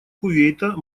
кувейта